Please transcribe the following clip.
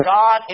God